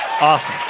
Awesome